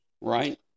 right